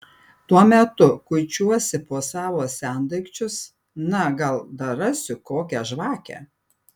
tuo metu kuičiuosi po savo sendaikčius na gal dar rasiu kokią žvakę